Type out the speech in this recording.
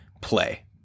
play